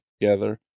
together